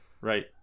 right